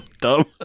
dumb